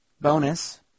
bonus